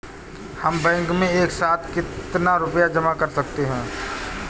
हम बैंक में एक साथ कितना रुपया जमा कर सकते हैं?